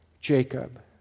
Jacob